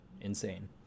insane